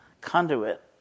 conduit